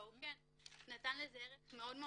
והוא שכן דובר השפה נתן לזה ערך מאוד גדול.